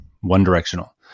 one-directional